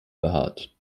behaart